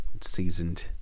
seasoned